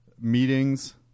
meetings